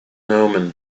omen